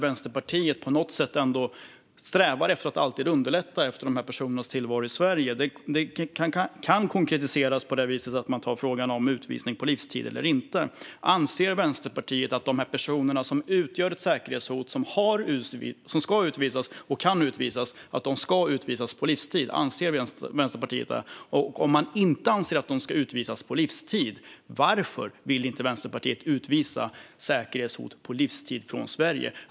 Vänsterpartiet strävar ändå på något sätt alltid efter att underlätta de här personernas tillvaro i Sverige. Det konkretiseras genom frågan om utvisning på livstid eller inte. Anser Vänsterpartiet att de här personerna som utgör ett säkerhetshot och som ska och kan utvisas ska utvisas på livstid? Och om ni inte anser att de ska utvisas på livstid - varför vill inte Vänsterpartiet utvisa säkerhetshot på livstid från Sverige?